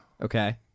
Okay